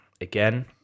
again